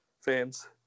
fans